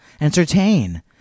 entertain